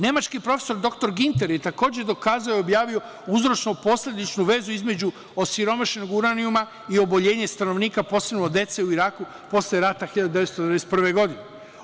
Nemački profesor dr Ginter je takođe dokazao i objavio uzročno-posledičnu vezu između osiromašenog uranijuma i oboljenje stanovnika, posebno dece, u Iraku posle rata 1991. godine.